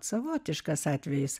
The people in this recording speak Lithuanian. savotiškas atvejis